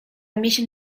miesiąc